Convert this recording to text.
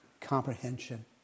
comprehension